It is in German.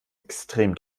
extrem